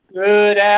good